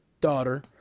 daughter –